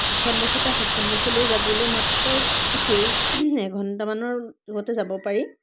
ইখন দেশৰ পৰা সিখন দেশলৈ যাবলৈ মাত্ৰকেই এঘণ্টামানৰ যাব পাৰি